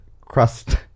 crust